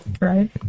Right